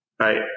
Right